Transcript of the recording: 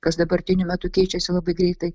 kas dabartiniu metu keičiasi labai greitai